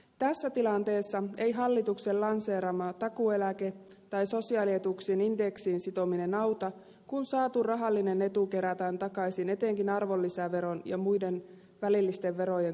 tässä tilanteessa ei hallituksen lanseeraama takuueläke tai sosiaalietuuksien indeksiin sitominen auta kun saatu rahallinen etu kerätään takaisin etenkin arvonlisäveron ja muiden välillisten verojen korotuksilla